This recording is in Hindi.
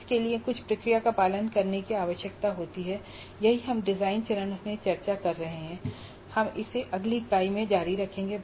इसके लिए कुछ प्रक्रिया का पालन करने की आवश्यकता होती है यही हम डिजाइन चरण में चर्चा कर रहे हैं और हम इसे अगली इकाई में जारी रखेंगे